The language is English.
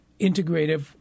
integrative